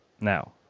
now